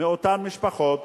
מאותן משפחות